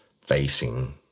facing